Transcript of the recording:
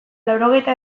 laurogeita